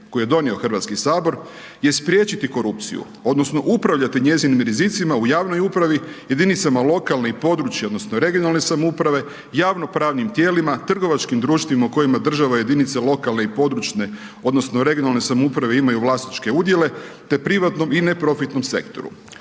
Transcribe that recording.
koju je donio Hrvatski sabor je spriječiti korupciju odnosno upravljati njezinim rizicima u javnoj upravi, jedinicama lokalne i područne odnosno regionalne samouprave, javnopravnim tijelima, trgovačkim društvima u kojima država i jedinice i područne odnosno regionalne samouprave imaju vlasničke udjele te privatnom i neprofitnom sektoru.